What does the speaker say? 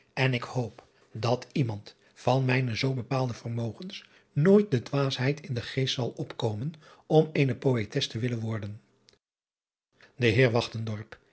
en ik hoop dat iemand van mijne zoo bepaalde vermogens nooit de dwaasheid in den geest zal opkomen om eene poëtes te willen worden e eer